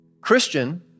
Christian